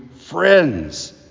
friends